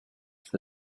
for